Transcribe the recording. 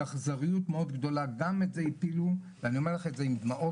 באכזריות מאוד גדולה גם את זה 'הפילו ואני אומר לך את זה עם דמעות